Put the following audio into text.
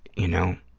you know,